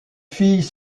filles